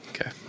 Okay